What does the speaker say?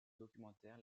documentaire